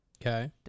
Okay